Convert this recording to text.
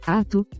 ato